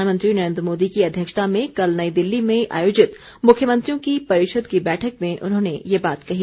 प्रधानमंत्री नरेंद्र मोदी की अध्यक्षता में कल नई दिल्ली में आयोजित मुख्यमंत्रियों की परिषद की बैठक में उन्होंने ये बात कही